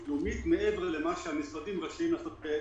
לאומית מעבר למה שהמשרדים רשאים לעשות.